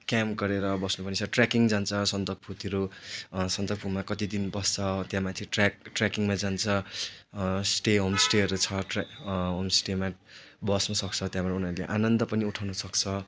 camp गरेर बस्नु trekking जान्छ सन्दकपूतिर सन्दकपूमा कतिदिन बस्छ त्यहाँमाथि ट्रेक ट्रेकिङमा जान्छ स्टे होमस्टेहरू छ ट्रा होमस्टेमा बस्नु सक्छ त्यहाँबाट उनीहरूले आनन्द पनि उठाउनु सक्छ